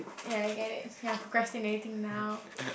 ya I get it you are procrastinating now